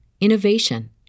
innovation